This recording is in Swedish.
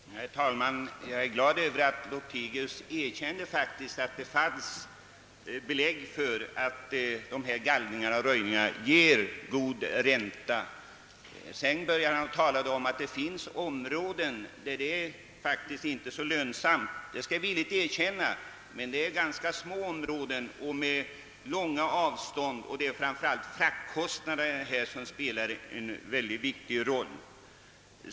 Herr talman! Jag är glad över att herr Lothigius medger att det finns belägg för att gallringar och röjningar av skogen ger god ränta. Sedan talade han om att inom vissa områden är dock detta inte så lönsamt. Det skall jag villigt erkänna, men det gäller ändå mindre områden belägna långt bort och framför allt spelar fraktkostnaderna en mycket viktig roll.